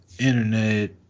internet